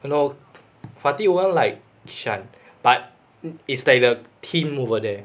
no fatin wouldn't like kishan but it's like the theme over there